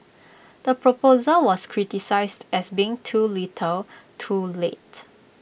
the proposal was criticised as being too little too late